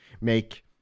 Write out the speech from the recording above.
make